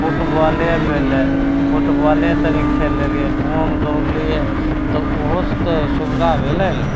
फुटबॉले भेलै फुटबॉले तनि खेल लेलिए तऽ ओहोमे दौड़लिए तऽ ओहोसे तऽ सुविधा भेलै ने